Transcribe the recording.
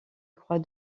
croix